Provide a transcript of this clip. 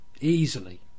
easily